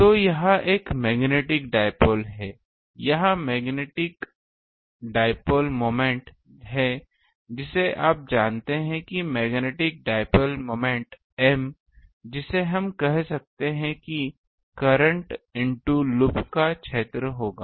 तो यह एक मैग्नेटिक डाइपोल है यह मैग्नेटिक डाइपोल मोमेंट है जिसे आप जानते हैं कि मैग्नेटिक डाइपोल मोमेंट M जिसे हम कह सकते हैं कि करंट इनटू लूप का क्षेत्र होगा